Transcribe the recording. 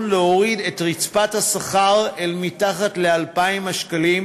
להוריד את רצפת השכר אל מתחת ל-2,000 שקלים,